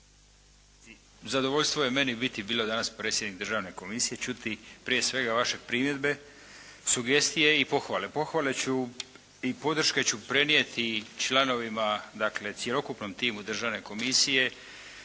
Zadovoljstvo je meni biti bilo danas predsjednik Državne komisije i čuti prije svega vaše primjedbe, sugestije i pohvale. Pohvale ću i podrške ću prenijeti članovima, dakle cjelokupnom timu državne komisije